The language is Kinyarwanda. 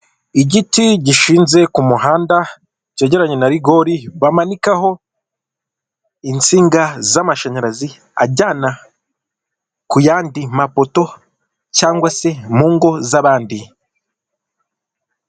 Igiti gishinze ku muhanda cyegeranye na rigori bamanikaho insinga z' amashanyarazi ajyana ku yandi mapoto, cyangwa se mu ngo z' abandi.